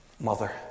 Mother